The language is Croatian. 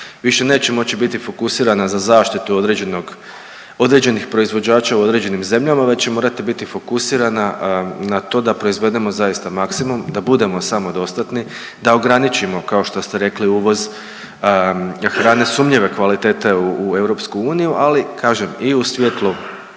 više neće moći biti fokusirana za zaštitu određenog, određenih proizvođača u određenim zemljama već će morati biti fokusirana na to da proizvedemo zaista maksimu, da budemo samodostatni, da ograničimo kao što ste rekli uvoz hrane sumnjive kvalitete u EU, ali kažem i u svijetlu